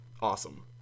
awesome